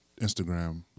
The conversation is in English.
Instagram